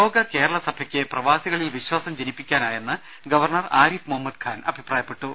ലോക കേരള സഭയ്ക്ക് പ്രവാസികളിൽ വിശ്വാസം ജനിപ്പിക്കാ നായെന്ന് ഗവർണർ ആരിഫ് മുഹമ്മദ് ഖാൻ അഭിപ്രായപ്പെട്ടു